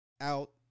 out